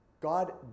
God